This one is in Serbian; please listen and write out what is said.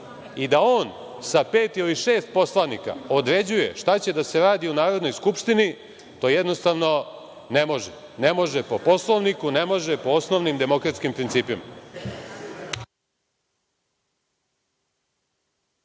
i da on sa pet ili šest poslanika određuje šta će da se radi u Narodnoj skupštini, to jednostavno ne može, ne može po Poslovniku, ne može po osnovnim demokratskim principima.